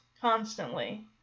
constantly